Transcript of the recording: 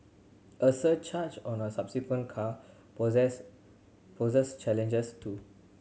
a surcharge on a subsequent car poses poses challenges too